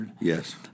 Yes